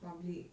public